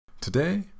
Today